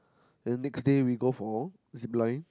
then next day we go for zipline